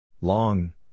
Long